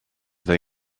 they